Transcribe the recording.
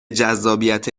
جذابیت